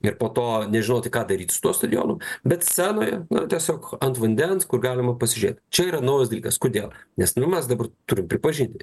ir po to nežinoti ką daryti su tuo stadionu bet scenoje tiesiog ant vandens kur galima pasižiūrėt čia yra naujas dalykas kodėl nes nu mes dabar turim pripažinti